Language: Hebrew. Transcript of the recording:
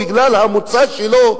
בגלל המוצא שלו,